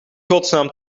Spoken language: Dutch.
godsnaam